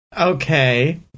Okay